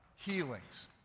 healings